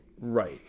Right